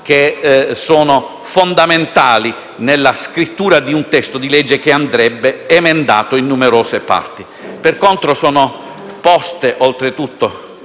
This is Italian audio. che sono fondamentali nella scrittura di un testo di legge che andrebbe emendato in numerose parti; soprattutto